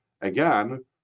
again